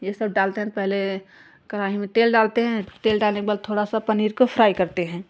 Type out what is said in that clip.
यह सब डालते हैं तो पहले कढ़ाई में तेल डालते हैं तेल डालने के बाद थोड़ा सा पनीर को फ्राई करते हैं